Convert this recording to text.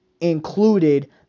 included